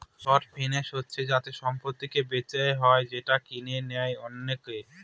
short finance হচ্ছে যাতে সম্পত্তিকে বেচা হয় যেটা কিনে নেয় অনেকে